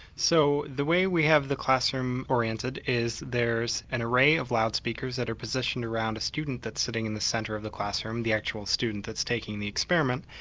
so the way we have the classroom orientated is that there's an array of loudspeakers at a position around a student that's sitting in the centre of the classroom, the actual student that's taking the experiment.